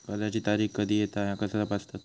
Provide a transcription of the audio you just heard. कर्जाची तारीख कधी येता ह्या कसा तपासतत?